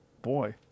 boy